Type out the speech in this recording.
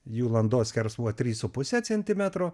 jų landos skersmuo trys su puse centimetro